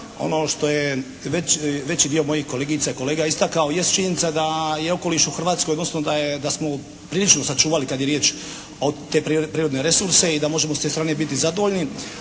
Ono što je veći dio mojih kolegica i kolega istakao jest činjenica da je okoliš u Hrvatskoj odnosno da je, da smo prilično sačuvali kad je riječ o, te prirodne resurse i da možemo s te strane biti zadovoljni.